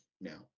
now